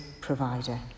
provider